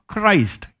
Christ